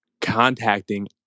contacting